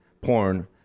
porn